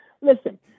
listen